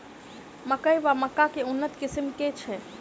मकई वा मक्का केँ उन्नत किसिम केँ छैय?